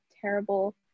terrible